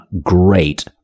great